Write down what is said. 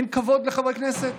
אין כבוד לחברי כנסת.